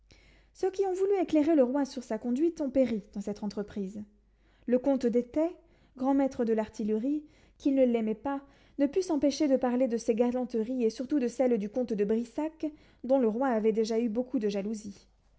ceux qui ont voulu éclairer le roi sur sa conduite ont péri dans cette entreprise le comte de taix grand maître de l'artillerie qui ne l'aimait pas ne put s'empêcher de parler de ses galanteries et surtout de celle du comte de brissac dont le roi avait déjà eu beaucoup de jalousie